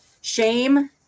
shame